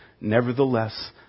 Nevertheless